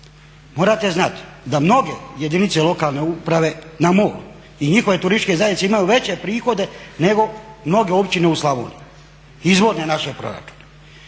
morate znati da mnoge jedinice lokalne uprave na moru i njihove turističke zajednice imaju veće prihode nego mnoge općine u Slavoniji, izvorne naše proračune.